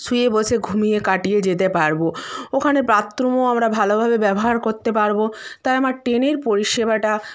শুয়ে বসে ঘুমিয়ে কাটিয়ে যেতে পারব ওখানে বাথরুমও আমরা ভালোভাবে ব্যবহার করতে পারব তাই আমার ট্রেনের পরিষেবাটা